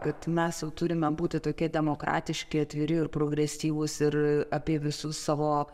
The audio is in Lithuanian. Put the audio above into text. kad mes jau turime būti tokie demokratiški atviri ir progresyvūs ir apie visus savo